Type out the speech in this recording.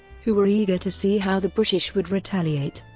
who were eager to see how the british would retaliate.